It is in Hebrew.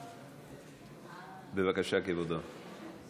בבקשה, כבודו.